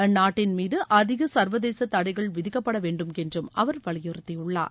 அந்நாட்டின் மீது அதிக சர்வதேச தடைகள் விதிக்கப்பட வேண்டும்என்று அவர் வலியுறுத்தியுள்ளார்